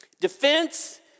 defense